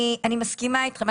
אני מסכימה איתכם.